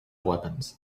weapons